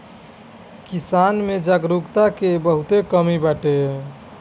किसान में जागरूकता के बहुते कमी बाटे